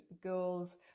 girls